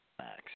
max